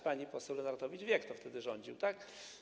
Pani poseł Lenartowicz wie, kto wtedy rządził, tak?